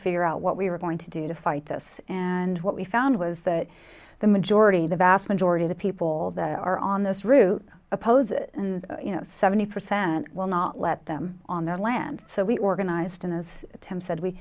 figure out what we were going to do to fight this and what we found was that the majority the vast majority of the people that are on this route oppose it and you know seventy percent will not let them on their land so we organized and as tim said we